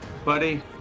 Buddy